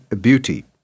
Beauty